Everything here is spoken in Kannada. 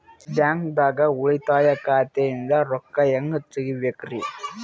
ಬ್ಯಾಂಕ್ದಾಗ ಉಳಿತಾಯ ಖಾತೆ ಇಂದ್ ರೊಕ್ಕ ಹೆಂಗ್ ತಗಿಬೇಕ್ರಿ?